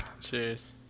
Cheers